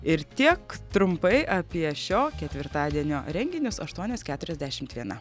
ir tiek trumpai apie šio ketvirtadienio renginius aštuonios keturiasdešimt viena